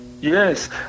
Yes